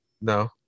No